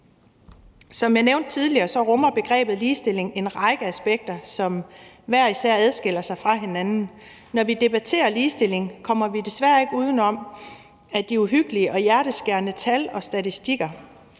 Som jeg nævnte tidligere, rummer begrebet ligestilling en række aspekter, som hver især adskiller sig fra hinanden. Når vi debatterer ligestilling, kommer vi desværre ikke uden om de uhyggelige og hjerteskærende tal og statistikker.